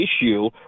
issue